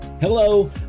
Hello